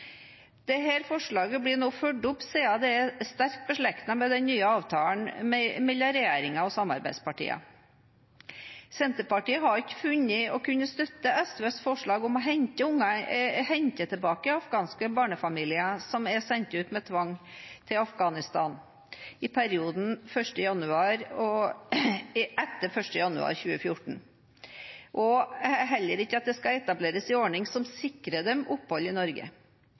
forslaget blir nå fulgt opp, siden det er sterkt beslektet med den nye avtalen mellom regjeringen og samarbeidspartiene. Senterpartiet har ikke funnet å kunne støtte SVs forslag om å hente tilbake afghanske barnefamilier som er sendt ut med tvang til Afghanistan i perioden etter 1. januar 2014, og heller ikke at det skal etableres en ordning som sikrer dem opphold i Norge.